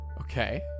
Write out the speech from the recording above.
Okay